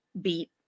beat